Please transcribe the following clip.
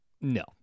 No